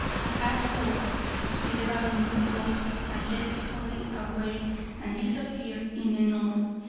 who had hoped to see the balloon float majestically away and disappear in the north,